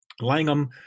Langham